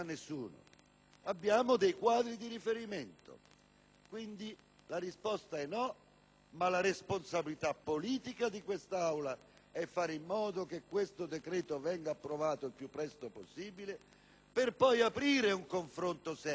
abbiamo solo quadri di riferimento. Quindi, la risposta è «no», ma la responsabilità politica di quest'Aula è fare in modo che questo decreto venga approvato il più presto possibile, per poi aprire un confronto serio